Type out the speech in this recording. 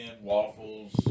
waffles